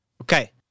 Okay